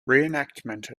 reenactment